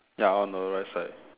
ya on the right side